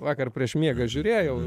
vakar prieš miegą žiūrėjau